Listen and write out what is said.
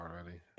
already